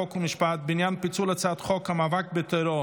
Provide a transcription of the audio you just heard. חוק ומשפט בעניין פיצול הצעת חוק המאבק בטרור